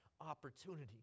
opportunity